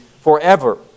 forever